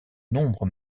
nombre